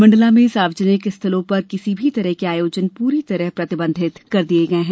मंडला में सार्वजनिक स्थलों पर किसी भी तरह के आयोजन पूरी तरह प्रतिबंधित कर दिये गये हैं